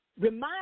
Remind